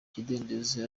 kidendezi